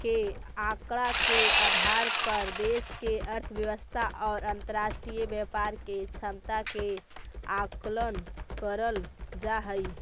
के आंकड़ा के आधार पर देश के अर्थव्यवस्था और अंतरराष्ट्रीय व्यापार के क्षमता के आकलन करल जा हई